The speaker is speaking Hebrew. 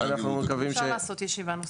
אפשר לעשות ישיבה נוספת.